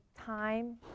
time